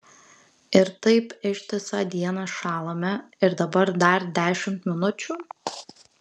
ir taip ištisą dieną šąlame ir dabar dar dešimt minučių